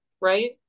right